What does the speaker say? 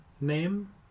name